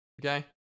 okay